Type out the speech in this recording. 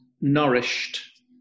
nourished